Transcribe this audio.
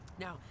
Now